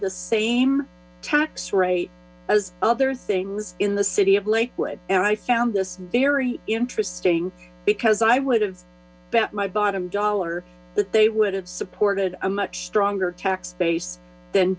the same tax rate as other things in the city of lakewood and i found this very interesting because i would have my bottom dollar that they would have supported a much stronger tax base th